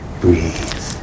Breathe